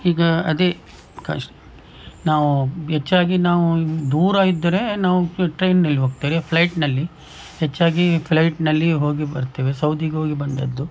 ಈಗ ಅದೇ ಕಶ್ ನಾವು ಹೆಚ್ಚಾಗಿ ನಾವು ದೂರ ಇದ್ದರೆ ನಾವು ಟ್ರೇನ್ನಲ್ಲಿ ಹೋಗ್ತಾರೆ ಫ್ಲೈಟ್ನಲ್ಲಿ ಹೆಚ್ಚಾಗಿ ಫ್ಲೈಟ್ನಲ್ಲಿ ಹೋಗಿ ಬರ್ತೇವೆ ಸೌದಿಗೆ ಹೋಗಿ ಬಂದದ್ದು